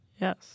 Yes